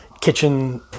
kitchen